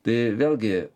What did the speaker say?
tai vėlgi